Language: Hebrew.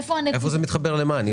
נירה, איפה זה מתחבר למה?